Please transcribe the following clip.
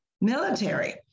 military